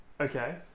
Okay